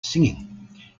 singing